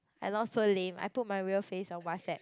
I not so lame I put my real face on WhatsApp